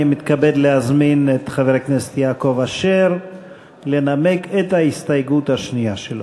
אני מתכבד להזמין את חבר הכנסת יעקב אשר לנמק את ההסתייגות השנייה שלו.